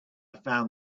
found